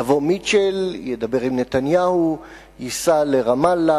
יבוא מיטשל, ידבר עם נתניהו, ייסע לרמאללה,